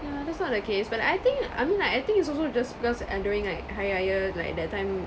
yeah that's not the case but I think I mean like I think it's also just because uh during like hari raya like that time